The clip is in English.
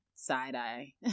side-eye